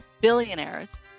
billionaires